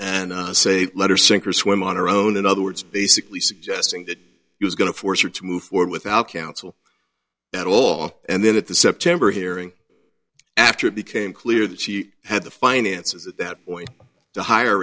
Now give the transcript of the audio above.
and say letter sink or swim on her own in other words basically suggesting that he was going to force her to move forward without counsel at all and then at the september hearing after it became clear that she had the finances at that point to hi